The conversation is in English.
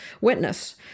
witness